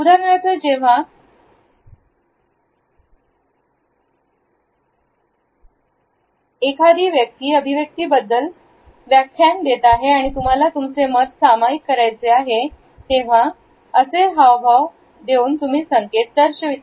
उदाहरणार्थ जेव्हा पुणे अभिव्यक्ती बद्दल व्याख्यान देत आहे आणि तुम्हाला तुमचे मत सामाईक करायचे आहे तेव्हा हम म म असा संकेत तुम्ही दर्शविता